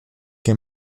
che